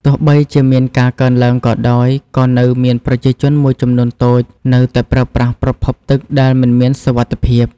ទោះបីជាមានការកើនឡើងក៏ដោយ ក៏នៅមានប្រជាជនមួយចំនួនតូចនៅតែប្រើប្រាស់ប្រភពទឹកដែលមិនមានសុវត្ថិភាព។